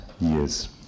years